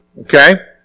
okay